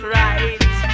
right